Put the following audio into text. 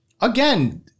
again